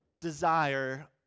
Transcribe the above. desire